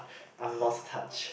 I've lost touch